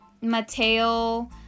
Mateo